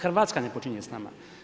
Hrvatska ne počinje sa nama.